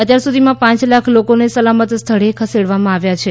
અત્યાર સુધીમાં પાંચ લાખ લોકોને સલામત સ્થળે ખસેડવામાં આવ્યા છે